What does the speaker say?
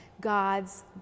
God's